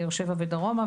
באר שבע ודרומה,